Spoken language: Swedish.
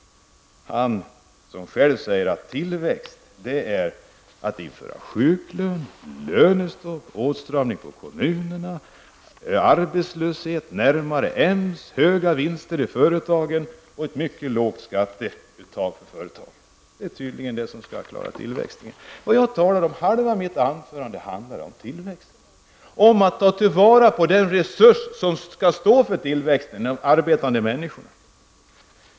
Allan Larsson säger själv att tillväxt är att införa sjuklön, lönestopp, åtstramning på kommunerna, arbetslöshet, närmande till EMS, höga vinster i företagen och ett mycket lågt skatteuttag i företagen. Det är tydligen detta som skall klara tillväxten. Halva mitt anförande handlar om tillväxt, om att ta till vara den resurs som skall stå för tillväxten: de arbetande människorna.